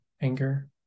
anger